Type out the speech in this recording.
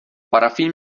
parafín